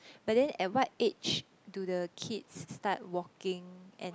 but then at what age do the kids start walking and